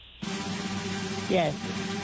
Yes